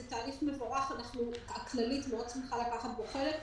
זה תהליך מבורך, הכללית שמחה מאוד לקחת בו חלק.